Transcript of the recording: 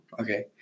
Okay